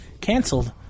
canceled